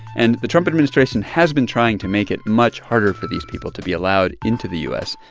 and the trump administration has been trying to make it much harder for these people to be allowed into the u s.